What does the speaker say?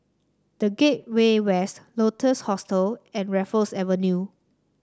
The Gateway West Lotus Hostel and Raffles Avenue